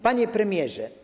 Panie Premierze!